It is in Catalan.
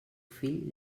fill